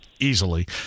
easily